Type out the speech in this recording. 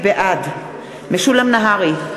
בעד משולם נהרי,